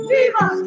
Viva